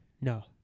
No